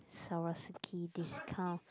Swarovski discount